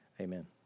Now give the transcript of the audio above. Amen